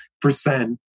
percent